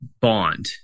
bond